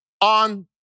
on